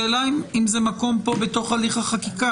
השאלה אם זה המקום כאן בתוך הליך החקיקה,